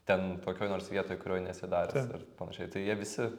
ten kokioj nors vietoj kurioj nesi daręs ar panašiai tai jie visi